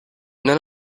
none